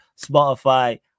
Spotify